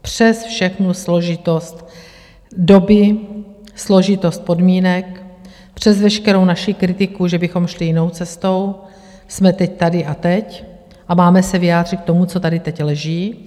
Přes všechnu složitost doby, složitost podmínek, přes veškerou naši kritiku, že bychom šli jinou cestou, jsme teď tady a teď a máme se vyjádřit k tomu, co tady teď leží.